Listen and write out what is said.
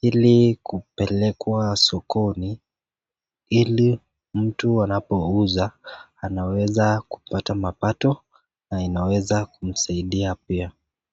ili kupelekwa sokoni ili mtu anapouza anaweza kupata mapato, inaweza kumsaidia pia.